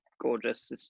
gorgeous